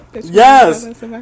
Yes